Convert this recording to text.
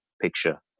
picture